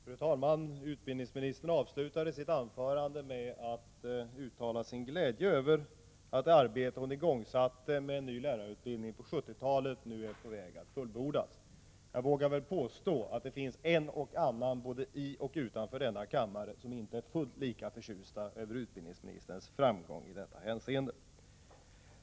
Fru talman! Utbildningsministern avslutade sitt anförande med att uttala sin glädje över att det arbete hon igångsatte med en ny lärarutbildning på 1970-talet nu är på väg att fullbordas. Jag vågar påstå att det finns en och annan, både i och utanför denna kammare, som inte är fullt så förtjust över utbildningsministerns framgångar i detta hänseende.